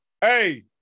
Hey